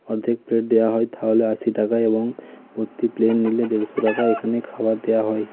অর্ধেক প্লেট দেওয়া হয় তাহলে আশি টাকা এবং ভর্তি প্লেট নিলে দেড়শো টাকা এখানে খাবার দেওয়া হয়